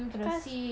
cause